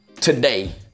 today